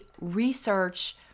research